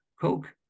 coke